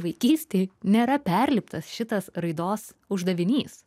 vaikystėj nėra perliptas šitas raidos uždavinys